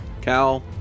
Cal